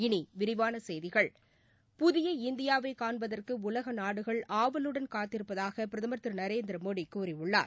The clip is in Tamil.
இனி விரிவான செய்திகள் புதிய இந்தியாவை காண்பதற்கு உலக நாடுகள் ஆவலுடன் காத்திருப்பதாக பிரதமர் திரு நரேந்திரமோடி கூறியுள்ளார்